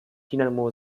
dinamo